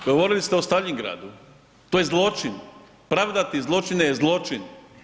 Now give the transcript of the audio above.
Govorili ste o Staljingradu, to je zločin, pravdati zločine je zločin.